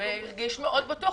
והרגיש מאוד בטוח.